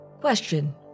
Question